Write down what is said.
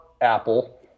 Apple